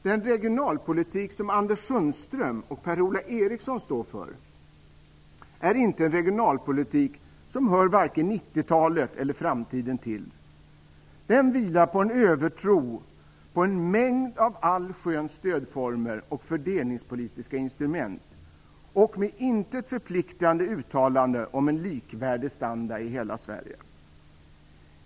Den regionalpolitik som Anders Sundström och Per-Ola Eriksson står för är regionalpolitik som varken hör 90-talet eller framtiden till. Den vilar på en övertro på en mängd av all sköns stödformer och fördelningspolitiska instrument och ett till intet förpliktande uttalande om en likvärdig standard i hela Sverige.